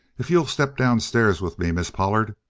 if you'll step downstairs with me, miss pollard,